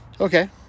Okay